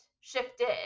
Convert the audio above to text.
shifted